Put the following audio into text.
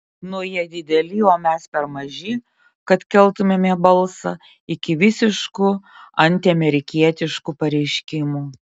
nuo jie dideli o mes per maži kad keltumėme balsą iki visiškų antiamerikietiškų pareiškimų